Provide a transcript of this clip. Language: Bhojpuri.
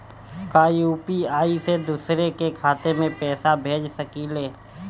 का यू.पी.आई से दूसरे के खाते में पैसा भेज सकी ले?